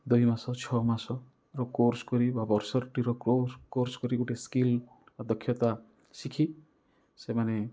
ଦୁଇମାସ ଛଅମାସର କୋର୍ସ କରି ବା ବର୍ଷଟିର କୋର୍ସ କରି ଗୋଟେ ସ୍କିଲ ଦକ୍ଷତା ଶିଖି ସେମାନେ